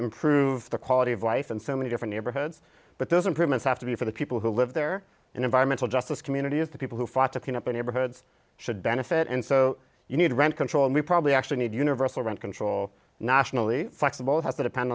improve the quality of life in so many different neighborhoods but those improvements have to be for the people who live there and environmental justice community is the people who fight to clean up neighborhoods should benefit and so you need rent control and we probably actually need universal rent control nationally flexible has to depend